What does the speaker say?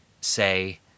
say